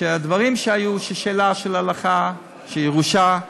שהדברים שהיו שאלה של הלכה, של ירושה,